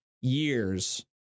years